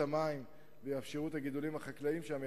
המים ויאפשרו את הגידולים החקלאיים שם,